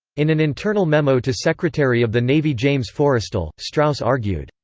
in an internal memo to secretary of the navy james forrestal, strauss argued,